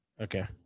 Okay